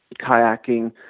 kayaking